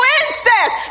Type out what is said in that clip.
incest